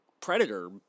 predator